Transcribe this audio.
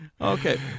okay